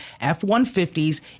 F-150s